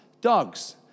dogs